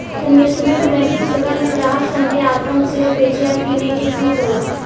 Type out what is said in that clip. investment banking सेवा में ग्राहक सन के आपन शेयर बेचे आ किने के छूट होला